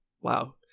wow